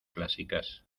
clásicas